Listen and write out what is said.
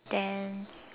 then